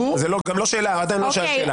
זו גם לא שאלה, הצעה לסדר עכשיו.